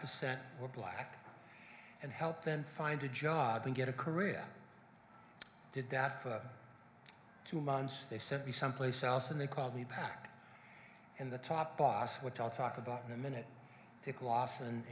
percent were black and helped them find a job and get a korea did that for two months they sent me someplace else and they called me back and the top boss what i'll talk about in a minute